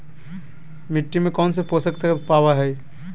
मिट्टी में कौन से पोषक तत्व पावय हैय?